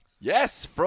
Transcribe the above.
Yes